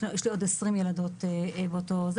יש לי עוד 20 ילדות באותו מצב,